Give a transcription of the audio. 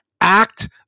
Act